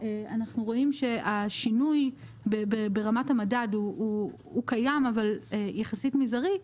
אנחנו רואים שהשינוי ברמת המדד הוא קיים אבל יחסית מזערי,